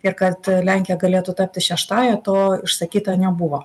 ir kad lenkija galėtų tapti šeštąja to išsakyta nebuvo